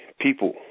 people